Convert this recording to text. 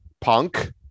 punk